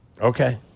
Okay